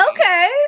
Okay